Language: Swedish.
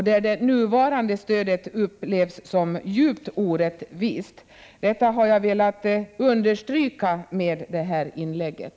Det nuvarande stödet upplevs där som djupt orättvist. Detta har jag velat understryka med det här inlägget.